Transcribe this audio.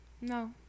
No